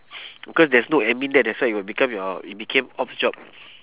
because there's no admin there that's why it will become your it became ops job